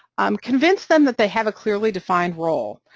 um convince them that they have a clearly defined role.